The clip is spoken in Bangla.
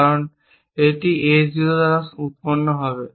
কারণ এটি A 0 দ্বারা উৎপন্ন হবে